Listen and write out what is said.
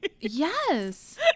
Yes